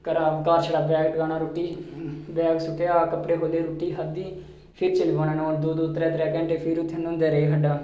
घरा घर छड़ा बैग टकाना रूट्टी बैग सुट्टेआ कप्पड़े खोले रूट्टी खाद्धी फिर चली पौना न्हौन दो दो त्रै त्रै घैंटे फिर उत्थै न्हौंदे रेह् खड्ढै